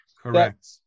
Correct